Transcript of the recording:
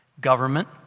government